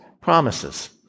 promises